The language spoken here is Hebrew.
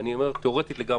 ואני אומר תיאורטית לגמרי,